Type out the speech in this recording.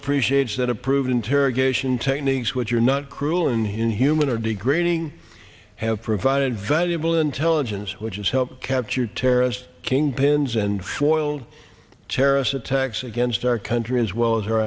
appreciates that approved interrogation techniques which are not cruel inhuman or degrading have provided valuable intelligence which has helped capture terrorists kingpins and hoyle terrorist attacks against our country as well as our